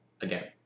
Again